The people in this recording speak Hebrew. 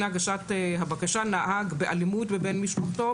הגשת הבקשה נהג באלימות בבן משפחתו,